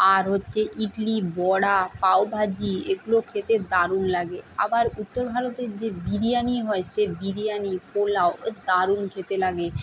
আর হচ্ছে ইডলি বড়া পাউভাজি এগুলো খেতে দারুণ লাগে আবার উত্তর ভারতের যে বিরিয়ানি হয় সে বিরিয়ানি পোলাও এ দারুণ খেতে লাগে